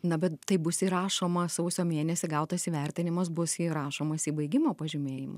na bet tai bus įrašoma sausio mėnesį gautas įvertinimas bus įrašomas į baigimo pažymėjimą